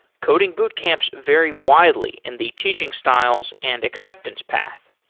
coding boot camps vary widely in the teaching styles and acceptance path.